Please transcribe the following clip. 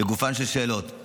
לגופן של שאלות,